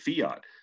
fiat